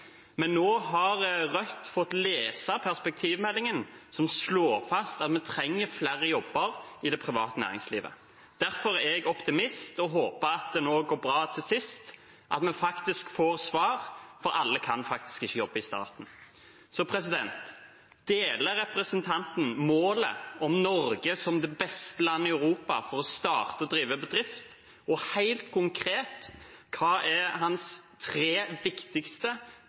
Men nå har Rødt fått lese perspektivmeldingen, som slår fast at vi trenger flere jobber i det private næringslivet. Derfor er jeg optimist og håper at det nå går bra til sist, at vi faktisk får svar, for alle kan faktisk ikke jobbe i staten. Deler representanten målet om Norge som det beste landet i Europa for å starte og drive bedrift? Helt konkret hva er hans tre viktigste,